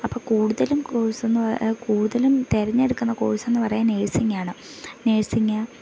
അപ്പം കൂടുതലും കോഴ്സെന്ന് കൂടുതലും തെരഞ്ഞെടുക്കുന്ന കോഴ്സെന്നു പറയാൻ നേഴ്സിംഗ് ആണ് നേഴ്സിംങ്ങ്